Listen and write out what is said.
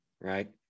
right